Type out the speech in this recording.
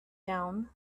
down